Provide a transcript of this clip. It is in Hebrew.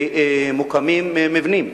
ומוקמים מבנים.